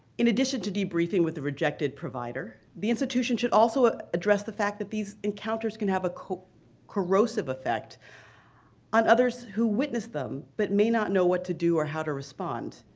in addition to debriefing with the rejected provider, the institution should also ah address the fact that these encounters can have a corrosive effect on others who witnessed them, but may not know what to do or how to respond.